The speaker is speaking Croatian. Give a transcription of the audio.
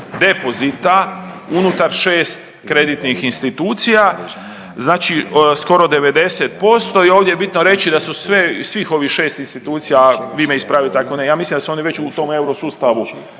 depozita unutar šest kreditnih institucija. Znači skoro 90%. I ovdje je bitno reći da su svih ovih šest institucija, a vi me ispravite ako ne, ja mislim da su oni već u tom euro sustavu